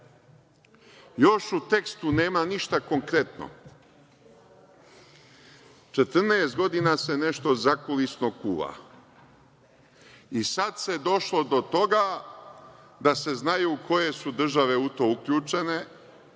Još u tekstu nema ništa konkretno. Četrnaest godina se nešto zakulisno kuva i sada se došlo do toga da se zna koje su države u to uključene,